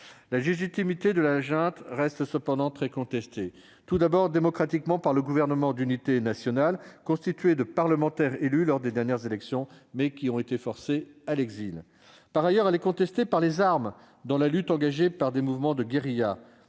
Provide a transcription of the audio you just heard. La légitimité de la junte reste cependant très contestée, tout d'abord démocratiquement par le Gouvernement d'unité nationale, constitué de parlementaires élus lors des dernières élections, mais forcés à l'exil. Elle l'est également par les armes, au travers d'une lutte engagée par des mouvements de guérilla.